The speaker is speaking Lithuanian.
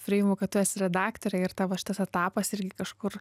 priimu kad tu esi redaktorė ir tavo šitas etapas irgi kažkur